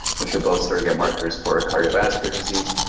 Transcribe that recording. which are both surrogate markers for cardiovascular disease.